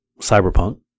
Cyberpunk